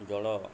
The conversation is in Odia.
ଜଳ